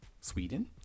Sweden